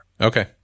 Okay